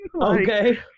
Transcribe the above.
Okay